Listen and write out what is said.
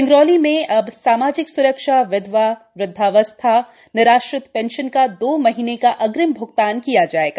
सिंगरौली में अब सामाजिक सुरक्षाए विधवाए वृद्धावस्थाए निराश्रित पेंशन का दो माह का अग्रिम भुगतान किया जाएगा